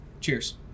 Cheers